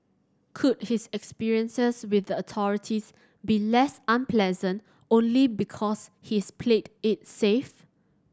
could his experiences with the authorities be less unpleasant only because he's played it safe